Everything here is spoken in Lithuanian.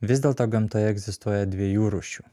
vis dėlto gamtoje egzistuoja dviejų rūšių